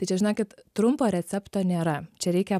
tai čia žinokit trumpo recepto nėra čia reikia